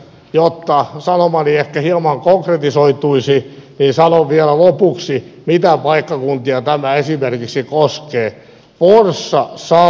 jotta sanomani ehkä hieman konkretisoituisi niin sanon vielä lopuksi mitä paikkakuntia tämä esimerkiksi koskee